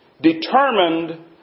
determined